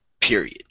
Period